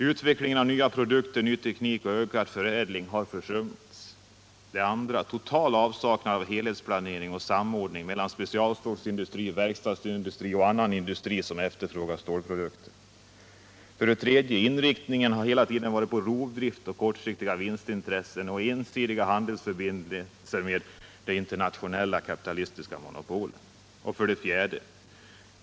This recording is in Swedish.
Utvecklingen av nya produkter, ny teknik och ökad förädling har försummats. 2. Total avsaknad av helhetsplanering :och samordning mellan spe cialstålindustri, verkstadsindustri och annan industri som efterfrågar stålprodukter. 3. Inriktningen har hela tiden varit rovdrift och kortsiktig vinst samt ensidiga handelsförbindelser med de internationella kapitalistiska monopolen. 4.